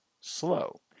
slow